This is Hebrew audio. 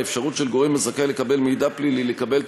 האפשרות של גורם הזכאי לקבל מידע פלילי לקבל את